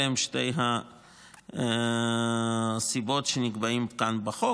אלה הן שתי הסיבות שנקבעות כאן בחוק.